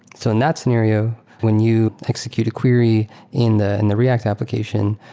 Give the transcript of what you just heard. so in that scenario, when you execute a query in the and the react application,